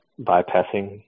bypassing